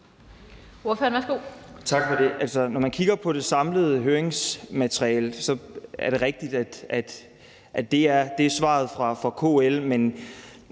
når man kigger på det samlede høringsmateriale, er det rigtigt, at det er svaret fra KL,